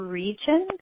region